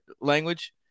language